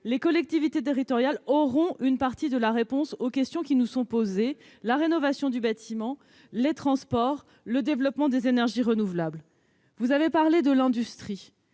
Les collectivités territoriales auront à apporter une partie de la réponse aux questions qui nous sont posées : la rénovation des bâtiments, les transports, le développement des énergies renouvelables. Vous avez parlé de l'industrie.